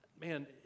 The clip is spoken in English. Man